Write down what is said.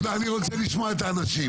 אני רוצה לשמוע את האנשים.